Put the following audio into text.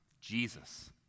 Jesus